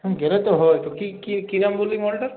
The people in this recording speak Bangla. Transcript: গেলে তো হয় তো কি কি কি নাম বললি মালটার